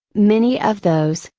many of those,